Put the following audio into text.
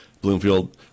Bloomfield